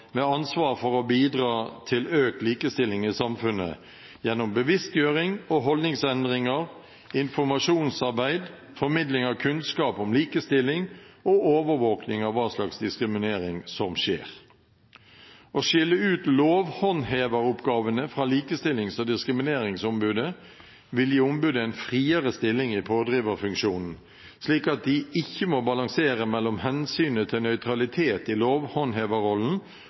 med ansvar for å bidra til økt likestilling i samfunnet gjennom bevisstgjøring og holdningsendringer, informasjonsarbeid, formidling av kunnskap om likestilling og overvåkning av hva slags diskriminering som skjer. Å skille ut lovhåndheveroppgavene fra Likestillings- og diskrimineringsombudet vil gi ombudet en friere stilling i pådriverfunksjonen, slik at de ikke må balansere mellom hensynet til nøytralitet i